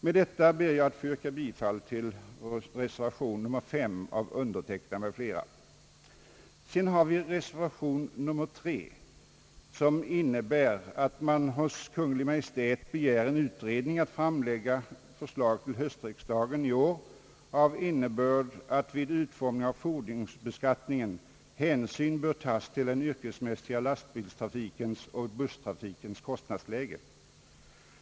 Med detta ber jag, herr talman, att få yrka bifall till reservation nr 5 av undertecknad m.fl. Reservation nr 3 innebär att riksdagen hos Kungl. Maj:t begär en utredning att framläggas till höstriksdagen i år av innebörd, att vid utformningen av fordonsbeskattningen hänsyn tages till den yrkesmässiga lastbilstrafikens och busstrafikens kostnadsläge.